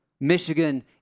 Michigan